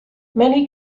many